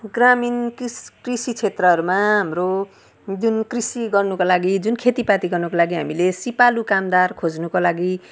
ग्रामीण क्रिस कृषि क्षेत्रहरूमा हाम्रो जुन कृषि गर्नुको लागि जुन खेतीपाती गर्नुको लागि हामीले सिपालु कामदार खोज्नुको लागि